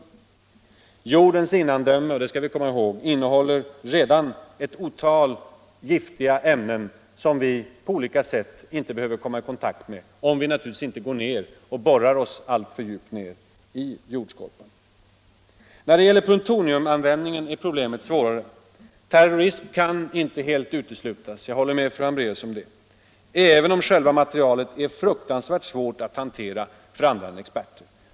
Vi skall komma ihåg att jordens innandöme redan innehåller ett otal giftiga ämnen som vi inte behöver komma i kontakt med, om vi inte borrar oss alltför djupt ned i jordskorpan. När det gäller plutonium är problemen svårare. Terrorism kan inte helt uteslutas — jag håller med fru Hambraeus om det —- även om själva materialet är fruktansvärt svårt att hantera av andra än experter.